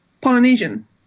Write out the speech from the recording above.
Polynesian